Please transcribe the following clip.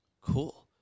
cool